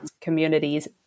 communities